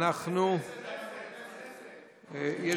לוועדת הכנסת.